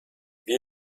wie